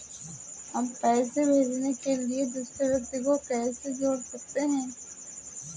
हम पैसे भेजने के लिए दूसरे व्यक्ति को कैसे जोड़ सकते हैं?